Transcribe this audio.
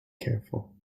careful